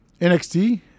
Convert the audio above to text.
NXT